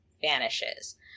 vanishes